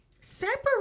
separate